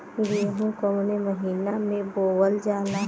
गेहूँ कवने महीना में बोवल जाला?